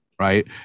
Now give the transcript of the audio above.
right